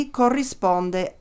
corrisponde